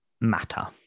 matter